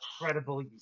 incredible